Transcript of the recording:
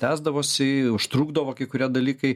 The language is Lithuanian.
tęsdavosi užtrukdavo kai kurie dalykai